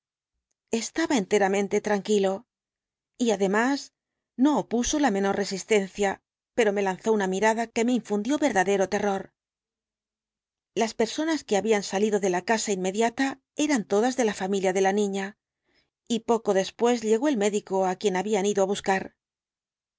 estaba enteramente tranquilo y además no opuso la menor resistencia pero me lanzó una mirada que me infundió verdadero terror las personas que habían salido de la casa inmediata eran todas de la familia de la niña y poco después llegó el médico á quien habían ido á buscar